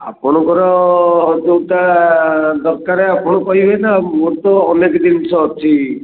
ଆପଣଙ୍କର ଯୋଉଟା ଦରକାର ଆପଣ କହିବେ ନା ଆଉ ମୋର ତ ଅନେକ ଜିନିଷ ଅଛି